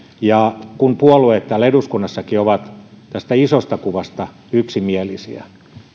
ja kun puolueet täällä eduskunnassakin ovat tästä isosta kuvasta yksimielisiä